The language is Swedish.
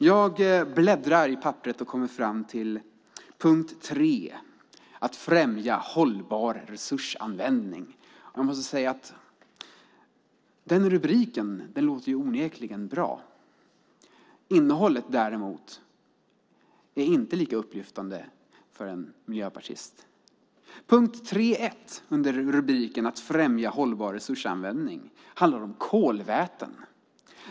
Jag bläddrar i papperen och kommer fram till punkt 3 - Att främja hållbar resursanvändning. Jag måste säga att rubriken onekligen låter bra. Innehållet är däremot inte lika upplyftande för en miljöpartist. Punkt 3.1 under rubriken Att främja hållbar resursanvändning handlar om kolväten.